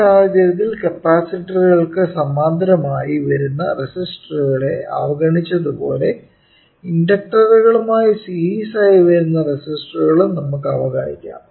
ഈ സാഹചര്യത്തിൽ കപ്പാസിറ്ററുകൾക്ക് സമാന്തരമായി വരുന്ന റെസിസ്റ്ററുകളെ അവഗണിച്ചതുപോലെ ഇൻഡക്ടറുകളുമായി സീരീസ് ആയി വരുന്ന റെസിസ്റ്ററുകളും നമുക്ക് അവഗണിക്കാം